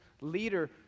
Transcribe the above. leader